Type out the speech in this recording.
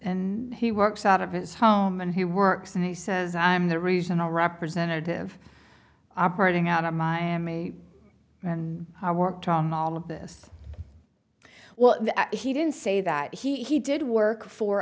and he works out of his home and he works and i says i'm the reason the representative operating out of miami worked on all of this well he didn't say that he did work for